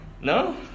No